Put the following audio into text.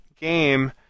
game